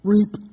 Reap